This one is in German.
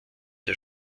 der